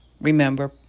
Remember